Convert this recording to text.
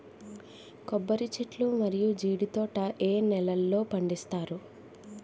కొబ్బరి చెట్లు మరియు జీడీ తోట ఏ నేలల్లో పండిస్తారు?